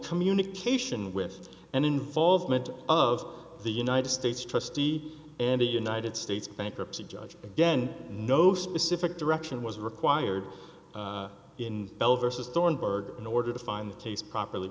communication with and involvement of the united states trustee and a united states bankruptcy judge again no specific direction was required in bell versus thornburg in order to find the case properly